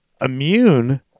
immune